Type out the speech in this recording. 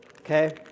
okay